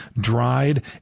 dried